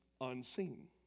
unseen